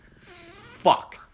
fuck